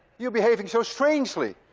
you're behaving so strangely.